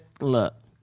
Look